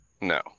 No